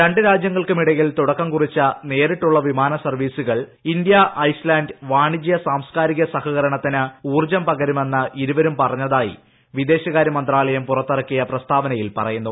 രണ്ടു രാജ്യങ്ങൾക്കുമിടയിൽ തുടക്കം കുറിച്ച നേരിട്ടുള്ള വിമാന സർവ്വീസുകൾ ഇന്ത്യൂര്യഐസ്ലൻഡ് വാണിജ്യ സാസ്കാരിക സഹകരണത്തിന് ഊർജ്ജം പകരുമെന്ന് ഇരുവരും പറഞ്ഞതായി വിദേശകാര്യമന്ത്രാലയം പുറത്തിറക്കിയ പ്രസ്താവനയിൽ പറയുന്നു